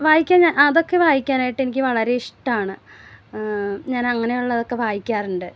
വായിക്കാൻ ഞാൻ അതൊക്കെ വായിക്കാനായിട്ട് എനിക്ക് വളരെ ഇഷട്ടമാണ് ഞാൻ അങ്ങനെ ഉള്ളതൊക്കെ വായിക്കാറുണ്ട്